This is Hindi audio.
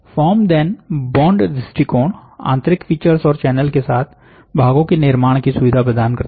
फॉर्म धेन बॉन्ड दृष्टिकोण आंतरिक फीचर्स और चैनल्स के साथ भागों के निर्माण की सुविधा प्रदान करता है